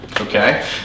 Okay